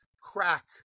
crack